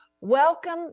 Welcome